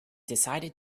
decided